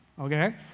Okay